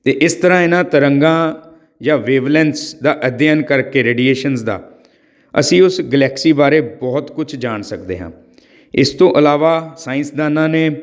ਅਤੇ ਇਸ ਤਰ੍ਹਾਂ ਇਹਨਾਂ ਤਰੰਗਾਂ ਜਾਂ ਵੇਵਲੈਂਸ ਦਾ ਅਧਿਐਨ ਕਰਕੇ ਰੇਡੀਏਸ਼ਨਜ਼ ਦਾ ਅਸੀਂ ਉਸ ਗਲੈਕਸੀ ਬਾਰੇ ਬਹੁਤ ਕੁਝ ਜਾਣ ਸਕਦੇ ਹਾਂ ਇਸ ਤੋਂ ਇਲਾਵਾ ਸਾਇੰਸਦਾਨਾਂ ਨੇ